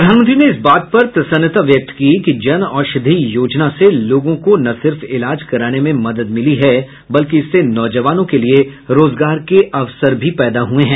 प्रधानमंत्री ने इस बात पर प्रसन्नता व्यक्त की कि जन औषधि योजना से लोगों को न सिर्फ इलाज कराने में मदद मिली है बल्कि इससे नौजवानों के लिए रोजगार के अवसर भी पैदा हुए हैं